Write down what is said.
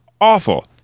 awful